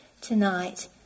tonight